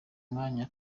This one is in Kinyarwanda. mwanya